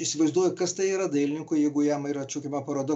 įsivaizduoju kas tai yra dailininkui jeigu jam yra atšaukiama paroda